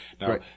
Now